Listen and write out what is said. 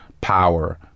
Power